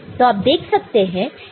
तो आप देख सकते हैं कि यह हो रहा है